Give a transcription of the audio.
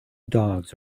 dogs